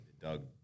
Doug